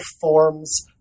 forms